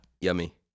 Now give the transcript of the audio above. Yummy